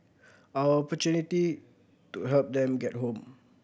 our to help them get home